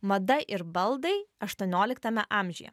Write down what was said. mada ir baldai aštuonioliktame amžiuje